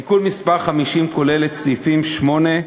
תיקון מס' 50 כולל את סעיפים 8,